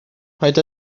paid